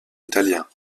italien